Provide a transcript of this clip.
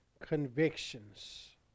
convictions